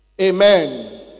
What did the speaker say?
Amen